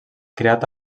creat